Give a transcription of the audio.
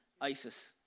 ISIS